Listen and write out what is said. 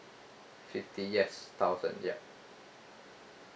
fifty yes thousand ya